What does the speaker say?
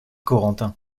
corentin